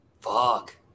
Fuck